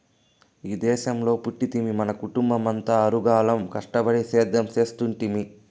ఈ దేశంలో పుట్టితిమి మన కుటుంబమంతా ఆరుగాలం కష్టపడి సేద్యం చేస్తుంటిమి